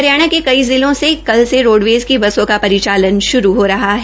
हरियाणा के कई जिलों से कल रोडवेज की बसों का परिचालन श्रू हो रहा है